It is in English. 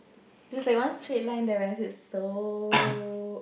it's like one straight line there when I said so